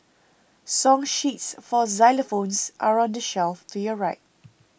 song sheets for xylophones are on the shelf to your right